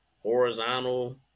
horizontal